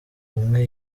umwe